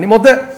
אני מודה,